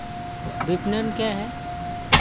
विपणन क्या है?